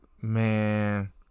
man